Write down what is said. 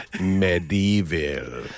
Medieval